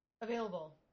available